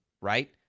right